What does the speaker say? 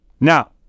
Now